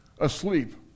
asleep